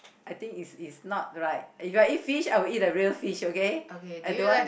I think is is not right if I eat fish I would eat the real fish okay I don't want